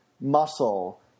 muscle